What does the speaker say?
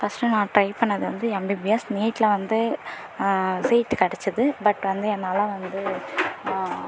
first நான் try பண்ணிணது வந்து எம்பிபிஎஸ் நீட்டில் வந்து சீட்டு கிடச்சிது பட் வந்து என்னால் வந்து